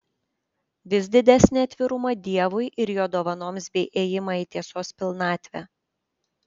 vis didesnį atvirumą dievui ir jo dovanoms bei ėjimą į tiesos pilnatvę